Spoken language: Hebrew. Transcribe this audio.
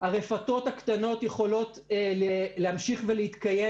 הרפתות הקטנות יכולות להמשיך להתקיים